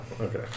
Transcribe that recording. Okay